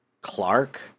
Clark